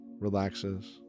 relaxes